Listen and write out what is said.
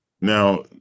Now